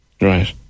Right